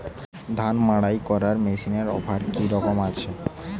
ধান মাড়াই করার মেশিনের অফার কী রকম আছে?